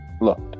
look